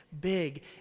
big